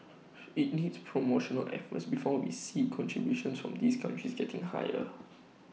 IT needs promotional effort before we see contributions from these countries getting higher